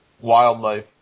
wildlife